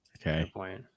Okay